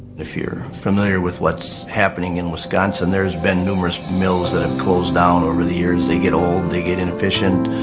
if you're familiar with what's happening in wisconsin, there's been numerous mills that have closed down over the years, they get old, they get inefficient.